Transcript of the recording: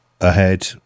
ahead